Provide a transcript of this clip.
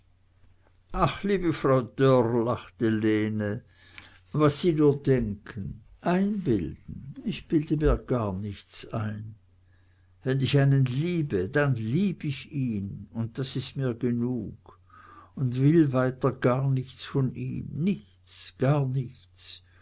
ach liebe frau dörr lachte lene was sie nur denken einbilden ich bilde mir gar nichts ein wenn ich einen liebe dann lieb ich ihn und das ist mir genug und will weiter gar nichts von ihm nichts gar nichts